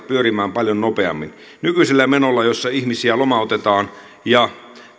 pyörimään paljon nopeammin kun nykyisellä menolla ihmisiä lomautetaan ja